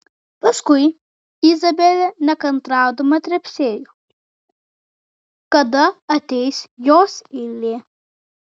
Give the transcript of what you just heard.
paskui izabelė nekantraudama trepsėjo kada ateis jos eilė